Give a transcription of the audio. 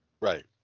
Right